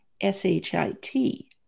s-h-i-t